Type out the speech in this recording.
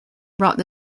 brought